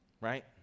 Right